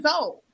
old